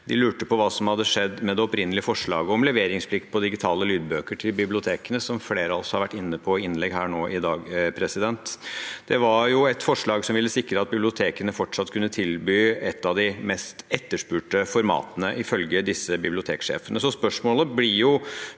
De lurte på hva som hadde skjedd med det opprinnelige forslaget om leveringsplikt på digitale lydbøker til bibliotekene, som flere av oss har vært inne på i innlegg her i dag. Det var et forslag som ville sikret at bibliotekene fortsatt kunne tilby et av de mest etterspurte formatene, ifølge disse biblioteksjefene. Spørsmålet fra